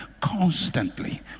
constantly